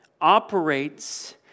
operates